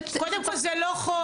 קודם כל, זה לא חוק.